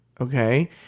Okay